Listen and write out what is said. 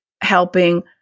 helping